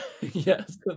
Yes